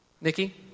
Nikki